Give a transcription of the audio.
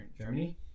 Germany